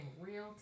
real